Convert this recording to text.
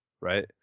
right